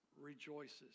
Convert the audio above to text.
rejoices